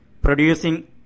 producing